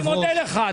אני מודה לך.